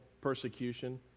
persecution